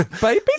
Baby